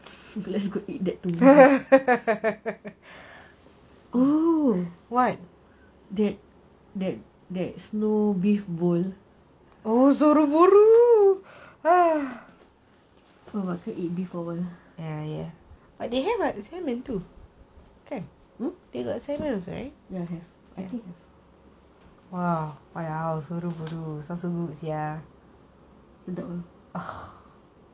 let's go eat that tomorrow oh that snow beef bowl yes set meal for two